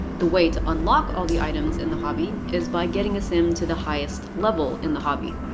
the way to unlock all the items in the hobby is by getting a sim to the highest level in the hobby.